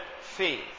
Faith